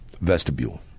vestibule